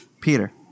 Peter